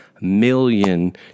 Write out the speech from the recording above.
million